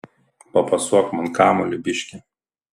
papasuok man kamuolį biškį